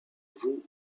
vous